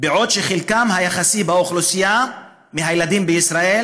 בעוד שחלקם היחסי באוכלוסייה מהילדים בישראל,